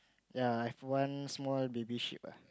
yea I have one small baby ship ah